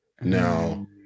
Now